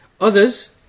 Others